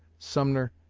sumner,